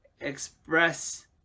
express